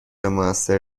موثر